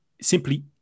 simply